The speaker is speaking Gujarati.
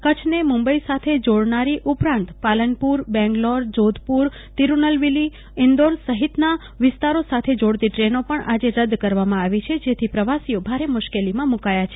કચ્છને મુબ ઈ સાથે જોડનારી ઉપરાંત પાલનપુર બેંગ્લોર જોધપર તિરૂનલવીલી ઈન્દોર સહિતના અન્ય વિસ્તારો સાથે જોડતી ટ્રનો પણ આજે રદ કરવામાં આવી છે જેથી પ્રવાસીઓ મુશ્કેલીમાં મકાયા છે